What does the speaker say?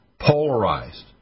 polarized